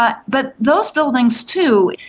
but but those buildings, too,